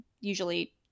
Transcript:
usually